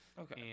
Okay